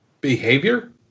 behavior